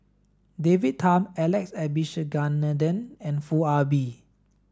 David Tham Alex Abisheganaden and Foo Ah Bee